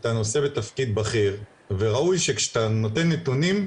אתה נושא בתפקיד בכיר, וראוי שכשאתה נותן נתונים,